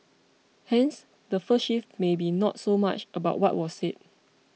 hence the first shift may be not so much about what was said